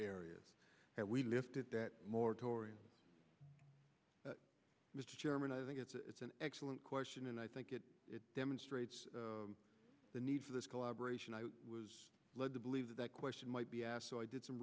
areas and we lifted that moratorium mr chairman i think it's an excellent question and i think it demonstrates the need for this collaboration i was led to believe that that question might be asked so i did some